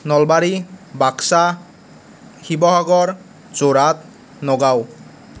Nalbari Baksa Sivasagar Jorhat Nagaon